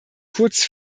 kurz